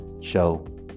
show